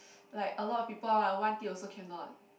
like a lot of people what want it also cannot